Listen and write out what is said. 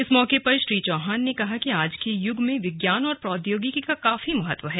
इस मौके पर श्री चौहान ने कहा कि आज के युग में विज्ञान और प्रौद्योगिकी का काफी महत्व है